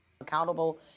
accountable